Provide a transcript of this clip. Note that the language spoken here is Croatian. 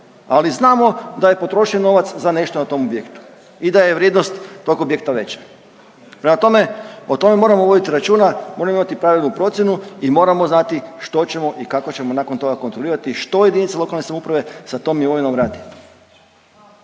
ali znamo da je potrošen novac za nešto na tom objektu i da je vrijednost tog objekta veća. Prema tome, o tome moramo voditi računa, moramo imati pravilnu procjenu i moramo znati što ćemo i kako ćemo nakon toga kontrolirati što jedinica lokane samouprave sa tom imovinom radi.